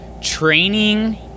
training